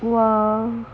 !wah!